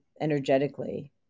energetically